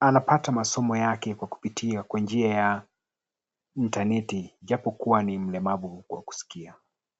anapata masomo yake kupitia kwa njia ya utaniti ijapokuwa ni mlemavu wa kusikia.